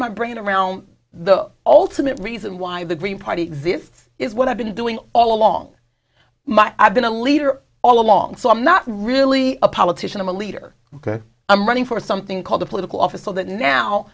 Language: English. my brain around the ultimate reason why the green party exists is what i've been doing all along my i've been a leader all along so i'm not really a politician i'm a leader ok i'm running for something called a political office so that now